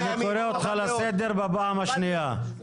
אני קורא אותך לסדר בפעם השניה.